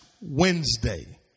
Wednesday